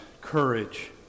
courage